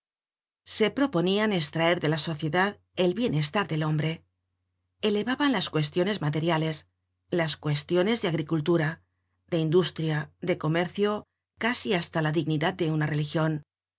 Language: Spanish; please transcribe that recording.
se proponian estraer de la sociedad el bienestar del hombre elevaban las cuestiones materiales las cuestiones de agricultura de industria de comercio casi hasta la dignidad de una religion